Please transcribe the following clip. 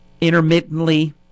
intermittently